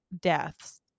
deaths